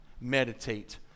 meditate